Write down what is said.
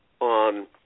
on